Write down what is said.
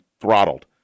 throttled